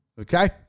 okay